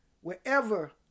wherever